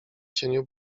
cieniu